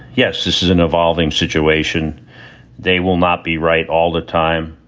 yes, this is an evolving situation they will not be right all the time,